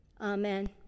Amen